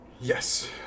Yes